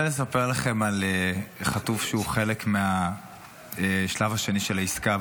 לספר לכם על חטוף שהוא חלק מהשלב השני של העסקה.